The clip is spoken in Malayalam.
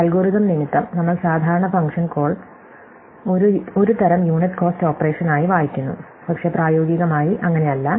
അൽഗോരിതം നിമിത്തം നമ്മൾ സാധാരണ ഫംഗ്ഷൻ കോൾ ഒരു തരം യൂണിറ്റ് കോസ്റ്റ് ഓപ്പറേഷനായി വായിക്കുന്നു പക്ഷേ പ്രായോഗികമായി അങ്ങനെയല്ല